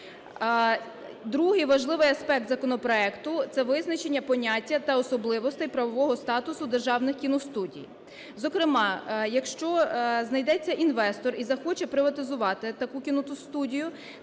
Другий важливий аспект законопроекту – це визначення поняття та особливостей правового статусу державних кіностудій. Зокрема, якщо знайдеться інвестор і захоче приватизувати таку кіностудію,